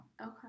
Okay